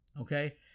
okay